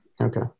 Okay